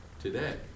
today